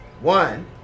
One